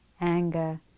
Anger